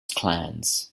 clans